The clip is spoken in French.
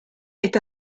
est